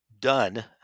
done